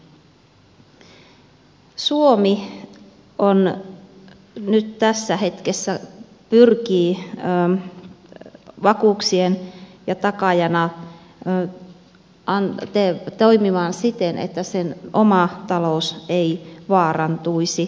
suomi nyt tässä hetkessä pyrkii vakuuksin ja takaajana toimimaan siten että sen oma talous ei vaarantuisi